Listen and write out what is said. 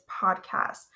podcast